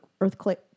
earthquake